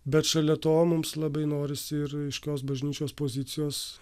bet šalia to mums labai norisi ir aiškios bažnyčios pozicijos